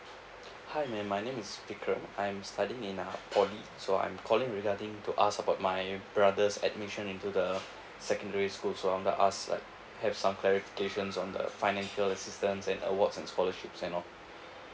hi mary my name is vikram I'm studying in a poly so I'm calling regarding to ask about my brother's admission into the secondary school so I want to ask like have some clarification on the financial assistance and awards and scholarships and all